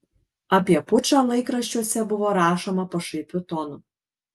apie pučą laikraščiuose buvo rašoma pašaipiu tonu